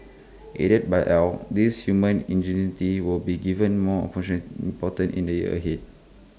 aided by al this human ingenuity will be given more function important in the years ahead